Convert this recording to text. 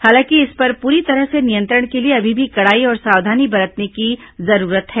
हालांकि इस पर पूरी तरह से नियंत्रण के लिए अभी भी कड़ाई और सावधानी बरतने की जरूरत है